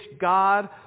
God